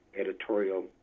editorial